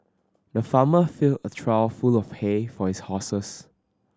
the farmer filled a trough full of hay for his horses